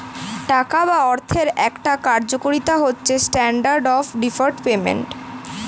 টাকা বা অর্থের একটা কার্যকারিতা হচ্ছে স্ট্যান্ডার্ড অফ ডেফার্ড পেমেন্ট